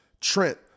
Trent